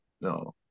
No